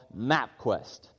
MapQuest